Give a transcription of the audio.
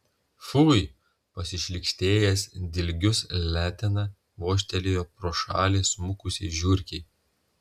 fui pasišlykštėjęs dilgius letena vožtelėjo pro šalį smukusiai žiurkei